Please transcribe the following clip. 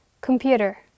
computer